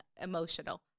emotional